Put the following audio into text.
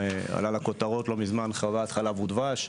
עלה לכותרות, לא מזמן, 'חוות חלב ודבש',